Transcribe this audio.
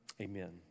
amen